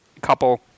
couple